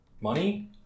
money